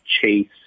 chase